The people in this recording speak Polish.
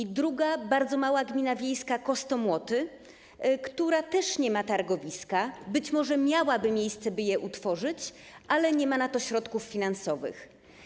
I druga, bardzo mała gmina wiejska Kostomłoty, która też nie ma targowiska, być może miałaby miejsce, by je utworzyć, ale nie ma na to środków finansowych.